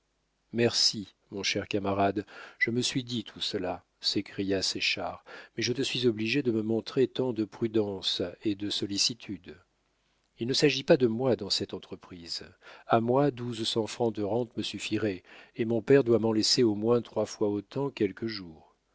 merci mon cher camarade je me suis dit tout cela s'écria séchard mais je te suis obligé de me montrer tant de prudence et de sollicitude il ne s'agit pas de moi dans cette entreprise a moi douze cents francs de rente me suffiraient et mon père doit m'en laisser au moins trois fois autant quelque jour